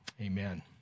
amen